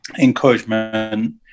encouragement